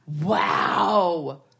wow